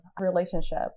relationship